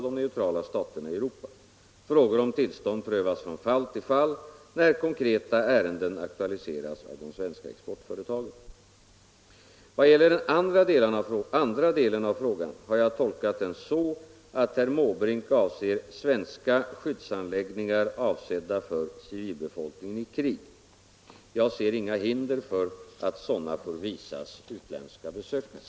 Det har satts i fråga om iranerna också sökt köpa svenska vapen. Kan Iran anses vara en stat till vilken export av svensk krigsmateriel nu kan komma i fråga och hur bör i sammanhanget spridning av försvarstekniskt kunnande betraktas?